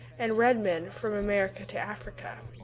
and red men from america to africa.